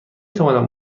توانم